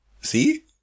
See